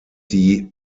die